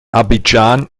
abidjan